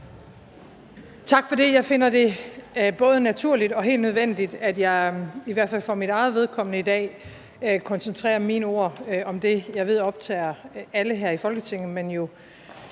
Tak for det. Jeg finder det både naturligt og helt nødvendigt, at jeg i hvert fald for mit eget vedkommende i dag koncentrerer mine ord om det, jeg ved optager alle her i Folketinget,